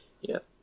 Yes